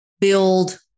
build